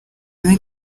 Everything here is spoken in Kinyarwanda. muri